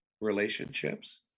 relationships